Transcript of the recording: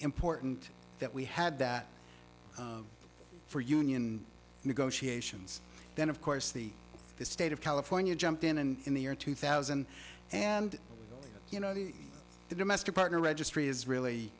important that we had that for union negotiations then of course the state of california jumped in and in the year two thousand and you know the domestic partner registry is